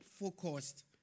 focused